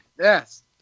Yes